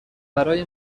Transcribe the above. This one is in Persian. برای